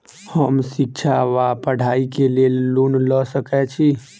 हम शिक्षा वा पढ़ाई केँ लेल लोन लऽ सकै छी?